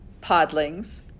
podlings